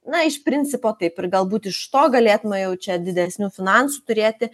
na iš principo taip ir galbūt iš to galėtume jau čia didesnių finansų turėti